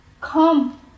Come